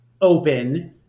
open